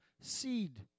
seed